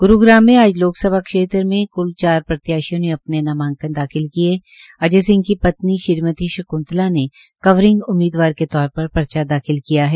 ग्रूग्राम में आज लोकसभा क्षेत्र में क्ल चार प्रत्याशियों ने आज नामांकन अजय सिंह की पत्नी श्रीमती शंक्तला ने कवरिंग उम्मीदवार के तौर पर पर्चा दाखिल किया है